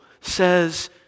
says